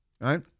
right